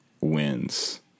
wins